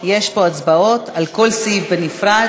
יש פה הצבעות על כל סעיף בנפרד,